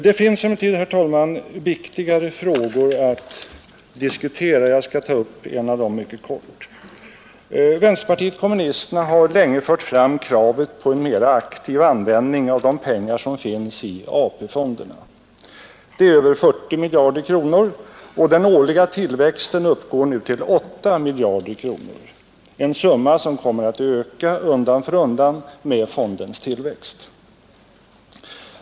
Det finns emellertid, herr talman, viktigare frågor att diskutera. Jag skall ta upp en av dem mycket kortfattat. Vänsterpartiet kommunisterna har länge fört fram kravet på en mer aktiv användning av de pengar som finns i AP-fonderna, i dag över 40 miljarder kronor. Den årliga tillväxten uppgår till 8 miljarder kronor — en siffra som kommer att öka undan för undan med fondens tillväxt.